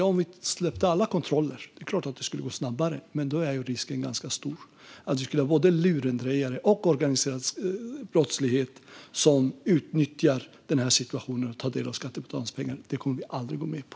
Ja, om vi släppte på alla kontroller skulle det givetvis gå snabbare, men då är risken stor att både lurendrejare och organiserad brottslighet skulle utnyttja situationen och få del av skattebetalarnas pengar. Det kommer vi aldrig att gå med på.